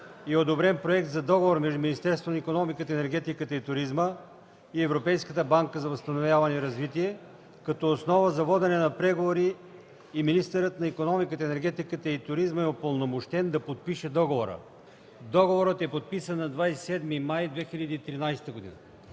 е одобрен проект на Договор между Министерството на икономиката, енергетиката и туризма и Европейската банка за възстановяване и развитие, като основа за водене на преговори и министърът на икономиката, енергетиката и туризма е упълномощен да подпише договора. Договорът е подписан на 27 май 2013 г.